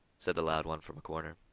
said the loud one from a corner.